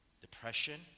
depression